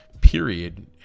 period